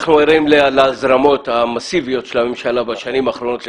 אנחנו ערים להזרמות המאסיביות של הממשלה בשנים האחרונות לחינוך.